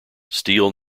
steel